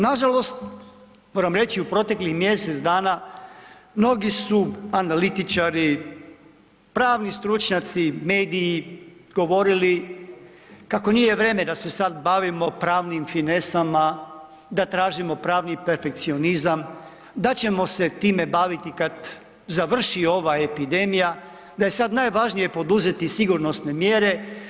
Nažalost, moram reći u proteklih mjesec dana mnogi su analitičari, pravni stručnjaci, mediji govorili kako nije vrijeme da se sada bavimo pravnim finesama, da tražimo pravni perfekcionizam, da ćemo se time baviti kada završi ova epidemija, da je sada najvažnije poduzeti sigurnosne mjere.